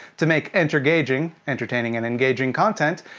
to make entergaging entertaining and engaging content,